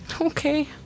Okay